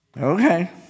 Okay